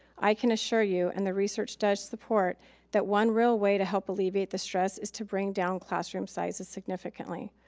i can assure you and the research does support that one real way to help alleviate the stress is to bring down classroom sizes significantly.